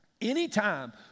Anytime